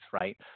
right